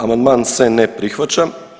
Amandman se ne prihvaća.